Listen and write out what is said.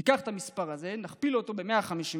ניקח את המספר הזה, נכפיל אותו ב 156